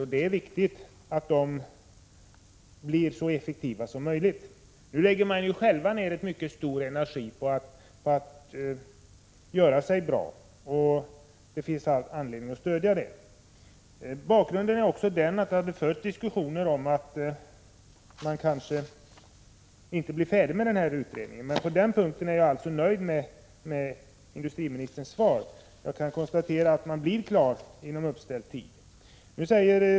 Då är det viktigt att företagen blir så effektiva som möjligt. Nu lägger företagen själva ned stor energi på att de skall bli bra. Det finns all anledning att stödja dem. Bakgrunden till frågan är också den att det funnits farhågor för att utredningen kanske inte blir färdig inom utsatt tid. På den punkten är jag alltså nöjd med industriministerns svar. Jag kan konstatera att utredningen blir klar inom utsatt tid.